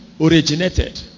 originated